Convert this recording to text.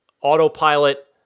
autopilot